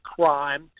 crime